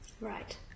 Right